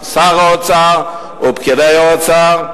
שר האוצר ופקידי האוצר,